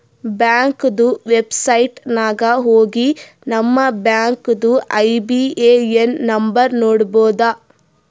ಬ್ಯಾಂಕ್ದು ವೆಬ್ಸೈಟ್ ನಾಗ್ ಹೋಗಿ ನಮ್ ಬ್ಯಾಂಕ್ದು ಐ.ಬಿ.ಎ.ಎನ್ ನಂಬರ್ ನೋಡ್ಬೋದ್